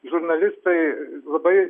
žurnalistai labai